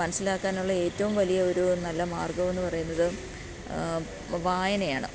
മനസ്സിലാക്കാനുള്ള ഏറ്റവും വലിയ ഒരു നല്ല മാർഗം എന്ന് പറയുന്നത് വായനയാണ്